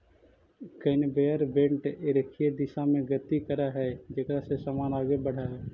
conveyor belt रेखीय दिशा में गति करऽ हई जेकरा से समान आगे बढ़ऽ हई